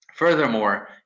Furthermore